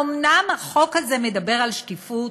האומנם החוק הזה מדבר על שקיפות?